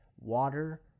Water